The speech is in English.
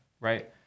right